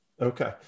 Okay